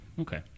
okay